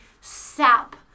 sap